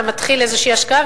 אתה מתחיל איזושהי השקעה,